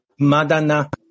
Madana